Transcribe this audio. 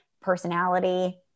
personality